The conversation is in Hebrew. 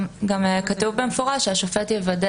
גם כתוב במפורש שהשופט יוודא